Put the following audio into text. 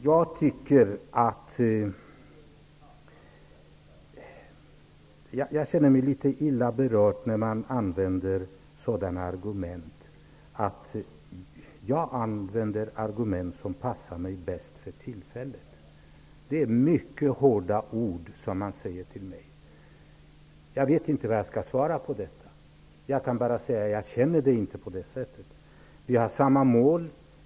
Herr talman! Jag känner mig litet illa berörd när man säger att jag skulle använda de argument som passar mig bäst för tillfället. Det är mycket hårda ord som sägs till mig. Jag vet inte vad jag skall svara på det. Jag kan bara säga att jag inte känner på det sättet. Vi har samma mål.